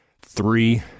Three